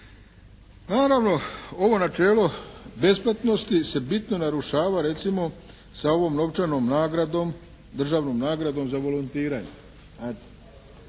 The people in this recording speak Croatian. Naravno ovo načelo besplatnosti se bitno narušava recimo sa ovom novčanom nagradom, državnom nagradom za volontiranje